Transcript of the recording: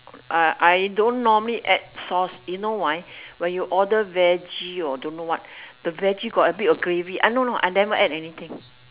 I I don't normally add sauce you know why when you order veggie or don't know what the veggie got a bit of gravy ah ya I never add anything